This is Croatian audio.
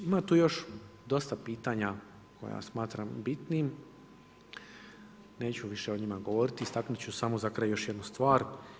Ima tu još dosta pitanja koja smatram bitnim, neću više o njima govoriti, istaknut ću samo za kraj još jednu stvar.